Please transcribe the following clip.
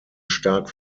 stark